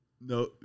no